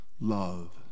love